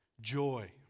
Joy